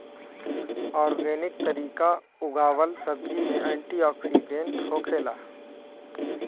organic तरीका उगावल सब्जी में एंटी ओक्सिडेंट होखेला